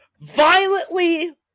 violently